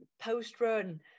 post-run